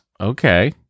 okay